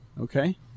Okay